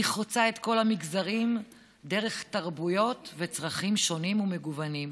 היא חוצה את כל המגזרים דרך תרבויות וצרכים שונים ומגוונים.